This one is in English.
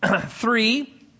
three